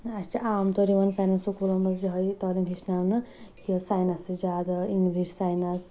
اسہِ چھِ عام طور یِوان سانٮ۪ن سکوٗلن منٛز یِہٕے تعلیٖم ہیٚچھناونہٕ یہِ ساینسٕچ زیادٕ انگلِش ساینس